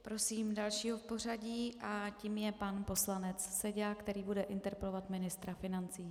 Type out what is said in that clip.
Prosím dalšího v pořadí a tím je pan poslanec Seďa, který bude interpelovat ministra financí.